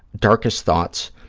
darkest thoughts.